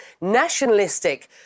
nationalistic